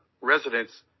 residents